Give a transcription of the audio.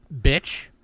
bitch